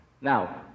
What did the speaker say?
Now